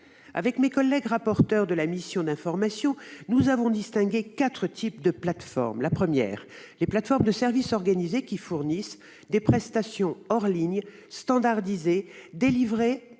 Mes collègues rapporteurs de la mission d'information et moi-même avons distingué quatre types de plateformes. Premièrement, des plateformes de services organisés fournissent des prestations hors ligne standardisées, délivrées